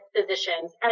physicians